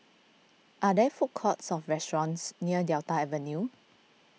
are there food courts or restaurants near Delta Avenue